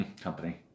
Company